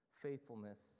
faithfulness